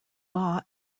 law